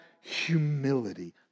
humility